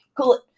cool